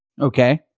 Okay